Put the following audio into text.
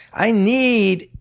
i need,